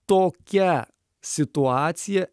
tokia situacija